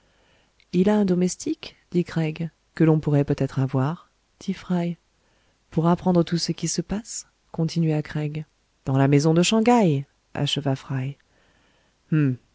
il a un domestique dit craig que l'on pourrait peut-être avoir dit fry pour apprendre tout ce qui se passe continua craig dans la maison de shang haï acheva